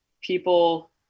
people